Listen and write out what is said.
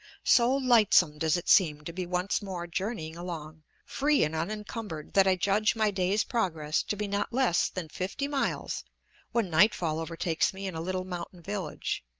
so lightsome does it seem to be once more journeying along, free and unencumbered, that i judge my day's progress to be not less than fifty miles when nightfall overtakes me in a little mountain-village.